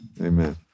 Amen